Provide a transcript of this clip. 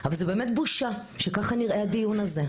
אבל זו באמת בושה שככה נראה הדיון הזה,